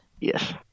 Yes